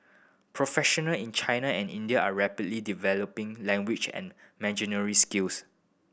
professional in China and India are rapidly developing language and skills